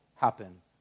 happen